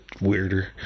weirder